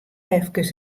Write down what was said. efkes